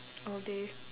all day